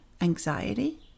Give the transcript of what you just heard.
anxiety